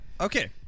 okay